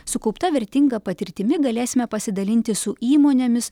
sukaupta vertinga patirtimi galėsime pasidalinti su įmonėmis